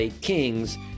Kings